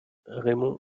raimond